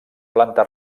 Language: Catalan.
planta